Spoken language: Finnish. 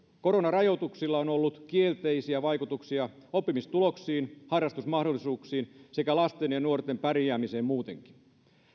koronarajoituksilla on ollut kielteisiä vaikutuksia oppimistuloksiin harrastusmahdollisuuksiin sekä lasten ja nuorten pärjäämiseen muutenkin